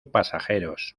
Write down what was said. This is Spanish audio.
pasajeros